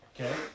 Okay